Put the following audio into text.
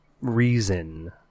reason